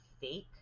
fake